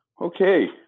Okay